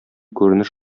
күренеш